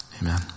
Amen